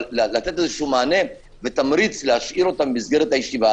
לתת מענה ותמריץ להשאירם בישיבה.